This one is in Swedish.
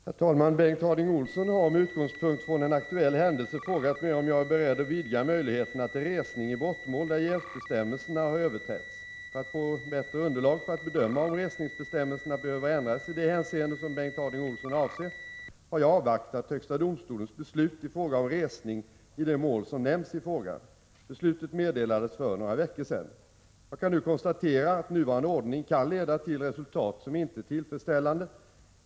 Ösl resting ibrottiäl Herr talman! Bengt Harding Olson har — med utgångspunkt från en aktuell sidF SE ROTOR händelse — frågat mig om jag är beredd att vidga möjligheterna till resning i brottmål där jävsbestämmelserna har överträtts. Om riskerna med För att få bättre underlag för att bedöma om resningsbestämmelserna = atomdrivna ubåtar i behöver ändras i det hänseende som Bengt Harding Olson avser, har jag Östersjön avvaktat högsta domstolens beslut i fråga om resning i det mål som nämns i frågan. Beslutet meddelades för några veckor sedan. Jag kan nu konstatera att nuvarande ordning kan leda till resultat som inte är tillfredsställande.